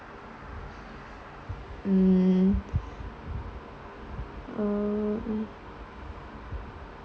mm uh